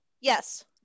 yes